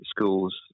schools